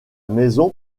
maison